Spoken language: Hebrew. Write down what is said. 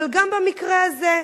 אבל גם במקרה הזה,